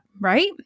right